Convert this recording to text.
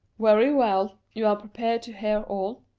very well you are prepared to hear all?